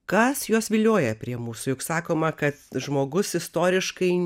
kas juos vilioja prie mūsų juk sakoma kad žmogus istoriškai